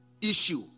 issue